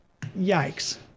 Yikes